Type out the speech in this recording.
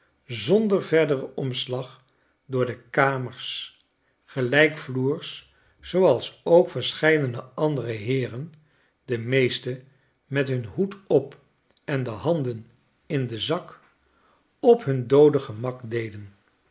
zonder verderen omslag door de kamers gelijkvloers zooals ook verscheidene andere heeren de meesten met hun hoed op en de handen in den zak op hun doode gemak deden